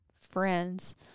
friends